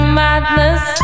madness